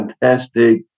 fantastic